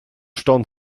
ston